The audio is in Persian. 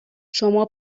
شما